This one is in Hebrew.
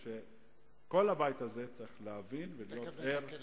כל הבית הזה צריך להבין ולהיות ער.